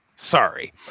Sorry